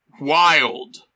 Wild